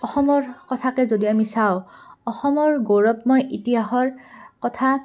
অসমৰ কথাকে যদি আমি চাওঁ অসমৰ গৌৰৱময় ইতিহাসৰ কথা